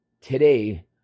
today